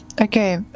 Okay